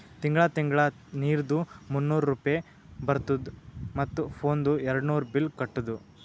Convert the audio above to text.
ತಿಂಗಳ ತಿಂಗಳಾ ನೀರ್ದು ಮೂನ್ನೂರ್ ರೂಪೆ ಬರ್ತುದ ಮತ್ತ ಫೋನ್ದು ಏರ್ಡ್ನೂರ್ ಬಿಲ್ ಕಟ್ಟುದ